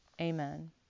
Amen